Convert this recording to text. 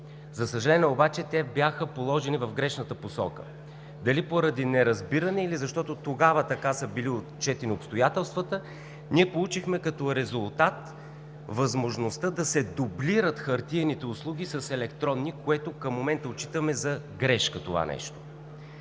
За съжаление обаче те бяха положени в грешната посока. Дали поради неразбиране, или защото тогава така са били отчетени обстоятелствата ние получихме като резултат възможността да се дублират хартиените услуги с електронни, което към момента отчитаме за грешка.